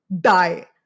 DIE